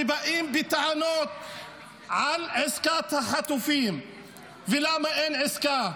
כשבאים בטענות על עסקת החטופים ולמה אין עסקה,